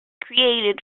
created